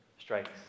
strikes